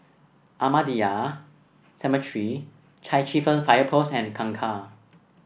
Ahmadiyya Cemetery Chai Chee Fire Post and Kangkar